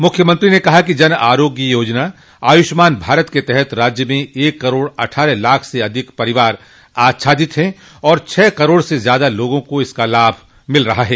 मुख्यमंत्री ने कहा कि जन आरोग्य योजना आयुष्मान भारत के तहत राज्य में एक करोड़ अट्ठारह लाख से अधिक परिवार आच्छादित है और छह करोड़ से ज्यादा लोगों को इसका लाभ मिल रहा है